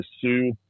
sue